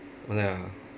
one lap ah